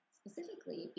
specifically